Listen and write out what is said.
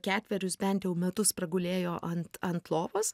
ketverius bent jau metus pragulėjo ant ant lovos